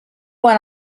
when